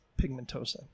pigmentosa